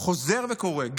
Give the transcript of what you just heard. חוזר וקורא,